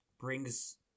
brings